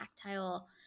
tactile